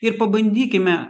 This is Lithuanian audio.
ir pabandykime